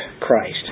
Christ